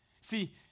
See